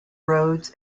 roads